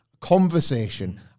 conversation